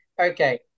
okay